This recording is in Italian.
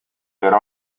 per